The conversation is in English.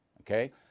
Okay